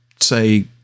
say